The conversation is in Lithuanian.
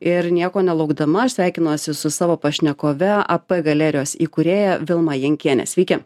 ir nieko nelaukdama aš sveikinuosi su savo pašnekove ap galerijos įkūrėja vilma jankiene sveiki